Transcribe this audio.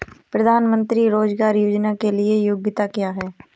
प्रधानमंत्री रोज़गार योजना के लिए योग्यता क्या है?